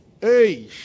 Hey